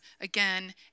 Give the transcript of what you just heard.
again